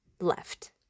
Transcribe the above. left